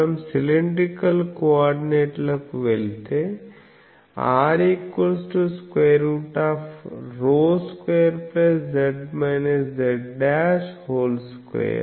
మనం సిలిండ్రికల్ కోఆర్డినేట్లకు వెళితే R√ρ2z z'2